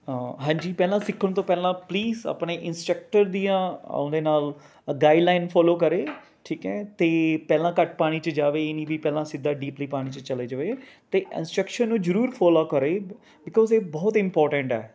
ਹਾਂਜੀ ਪਹਿਲਾਂ ਸਿੱਖਣ ਤੋਂ ਪਹਿਲਾਂ ਪਲੀਸ ਆਪਣੇ ਇਨਸ਼ਟਰਕਟਰ ਦੀਆਂ ਉਹਦੇ ਨਾਲ ਗਾਈਡਲਾਈਨ ਫੋਲੋ ਕਰੇ ਠੀਕ ਹੈ ਅਤੇ ਪਹਿਲਾਂ ਘੱਟ ਪਾਣੀ 'ਚ ਜਾਵੇ ਇਹ ਨਹੀਂ ਵੀ ਪਹਿਲਾਂ ਸਿੱਧਾ ਡੀਪਲੀ ਪਾਣੀ 'ਚ ਚਲੇ ਜਾਵੇ ਅਤੇ ਇਨਸਟਕਰਸ਼ਨ ਨੂੰ ਜ਼ਰੂਰ ਫੋਲੋ ਕਰੇ ਬਿਕੋਜ਼ ਇਹ ਬਹੁਤ ਇਮਪੋਰਟੈਂਟ ਹੈ